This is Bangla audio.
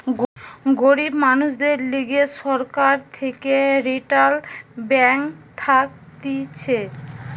গরিব মানুষদের লিগে সরকার থেকে রিইটাল ব্যাঙ্ক থাকতিছে